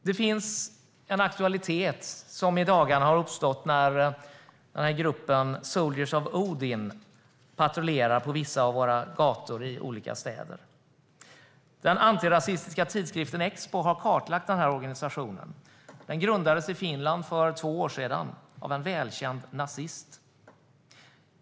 Det finns en aktualitet som i dagarna har uppstått när gruppen Soldiers of Odin patrullerar på vissa av våra gator i olika städer. Den antirasistiska tidskriften Expo har kartlagt den organisationen. Den grundades i Finland för två år sedan av en välkänd nazist.